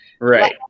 Right